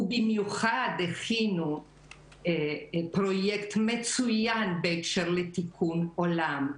ובמיוחד הכינו פרויקט מצוין בהקשר לתיקון עולם,